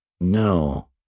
No